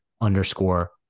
underscore